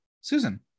Susan